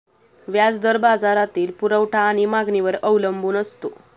व्याज दर बाजारातील पुरवठा आणि मागणीवर अवलंबून असतो